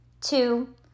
Two